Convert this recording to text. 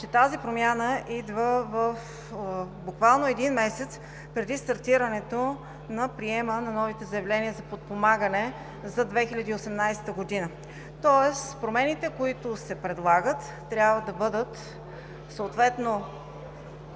че тази промяна идва буквално един месец преди стартирането на приема на новите заявления за подпомагане за 2018 г. Тоест, промените, които се предлагат, трябва да бъдат съответно…